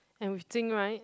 and with Jing right